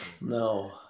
no